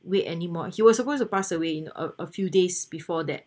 wait anymore he was supposed to pass away in a a few days before that